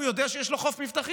בסכנה, הוא יודע שיש לו חוף מבטחים,